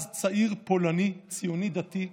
אז צעיר פולני, ציוני דתי,